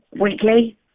weekly